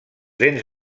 dents